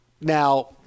Now